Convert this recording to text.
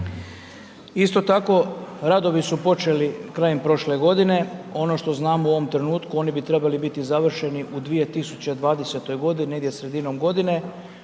Isto tako, radovi su počeli krajem prošle godine, ono što znamo u ovom trenutku, oni bi trebali biti završeni u 2020. g. negdje sredinom godine,